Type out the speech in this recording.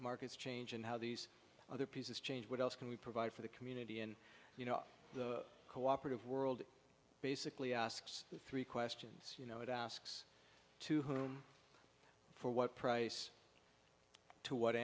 change and how these other pieces change what else can we provide for the community and you know the co operative world basically asks the three questions you know it asks to whom for what price to what